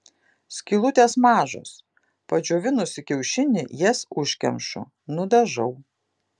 skylutės mažos padžiovinusi kiaušinį jas užkemšu nudažau